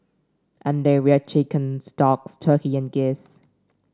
and they reared chickens ducks turkey and geese